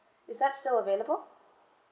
is that still available